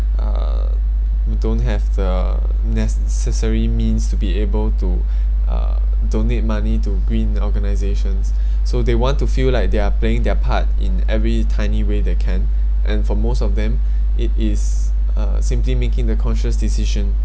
uh don't have the necessary means to be able to uh donate money to green organizations so they want to feel like they're playing their part in every tiny way they can and for most of them it is uh simply making the conscious decision